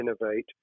innovate